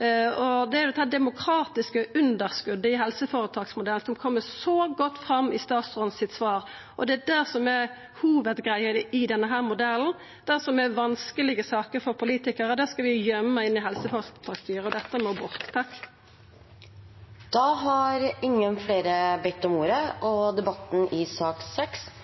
Det er dette demokratiske underskotet i helseføretaksmodellen som kjem så godt fram i svaret til statsråden. Det er det som er hovudgreia i denne modellen: Det som er vanskelege saker for politikarar, skal vi gøyma inn i helseføretaksstyra. Dette må bort. Flere har ikke bedt om ordet til sak nr. 6. Etter ønske fra helse- og omsorgskomiteen vil presidenten ordne debatten